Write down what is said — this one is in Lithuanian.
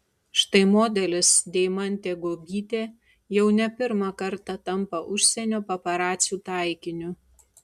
štai modelis deimantė guobytė jau ne pirmą kartą tampa užsienio paparacių taikiniu